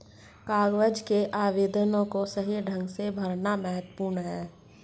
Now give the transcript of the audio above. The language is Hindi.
कागज के आवेदनों को सही ढंग से भरना महत्वपूर्ण है